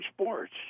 sports